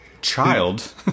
child